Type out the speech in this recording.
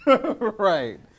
Right